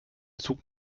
zug